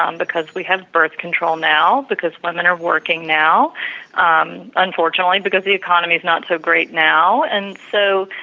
um because we have birth control now, because women are working now um unfortunately because the economy is not so great now and so,